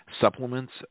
supplements